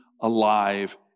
alive